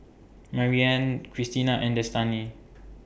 Maryann Christina and Destany